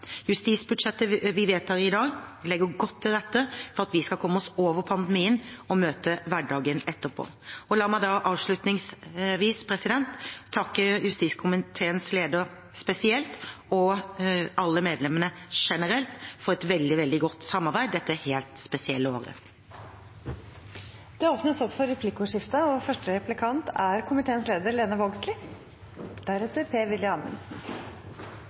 Justisbudsjettet vi vedtar i dag, legger godt til rette for at vi skal komme oss over pandemien og møte hverdagen etterpå. La meg avslutningsvis takke justiskomiteens leder spesielt og alle medlemmene generelt for et veldig godt samarbeid dette helt spesielle året. Det blir replikkordskifte. Som eg var oppteken av i innlegget mitt, så er